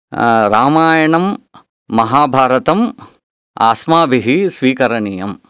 रामायणं महाभारतम् अस्माभिः स्वीकरणीयम्